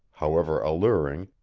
however alluring,